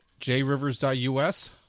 jrivers.us